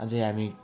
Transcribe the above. अझै हामी